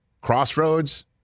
Crossroads